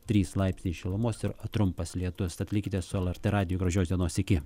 trys laipsniai šilumos ir trumpas lietus tad likite su lrt radiju gražios dienos iki